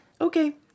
okay